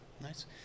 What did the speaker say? Nice